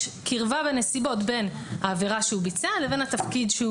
קרבה ונסיבות בין העבירה שהוא ביצע לבין התפקיד.